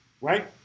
Right